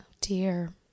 dear